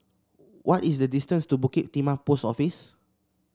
what is the distance to Bukit Timah Post Office